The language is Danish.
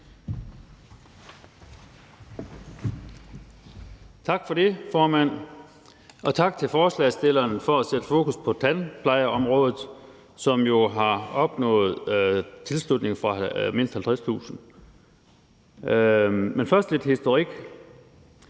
Tak for det, formand. Og tak til forslagsstillerne for at sætte fokus på tandplejeområdet med et forslag, som jo har opnået tilslutning fra mindst 50.000 borgere. Men først er der lidt historik.